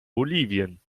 bolivien